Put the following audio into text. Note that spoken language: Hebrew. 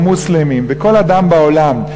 המוסלמים וכל אדם בעולם,